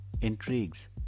Intrigues